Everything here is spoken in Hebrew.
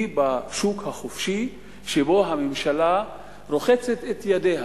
בשוק החופשי שבו הממשלה רוחצת את ידיה,